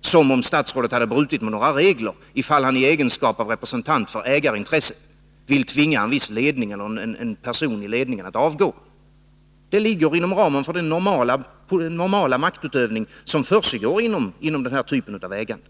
som om statsrådet hade brutit mot några regler, ifall han i egenskap av representant för ägarintresset vill tvinga en viss ledning eller en viss person i ledningen att avgå. Det ligger inom ramen för den normala maktutövning som försiggår inom den här typen av ägande.